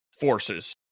forces